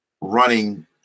running